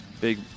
big